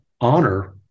honor